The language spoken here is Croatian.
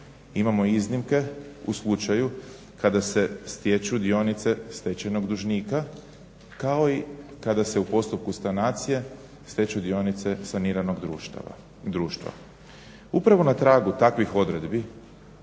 Imamo iznimke u slučaju kada se stječu dionice stečajnog dužnika kao i kada se u postupku sanacije stječu dionice saniranog društva. Upravo na tragu takvih odredbi